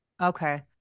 Okay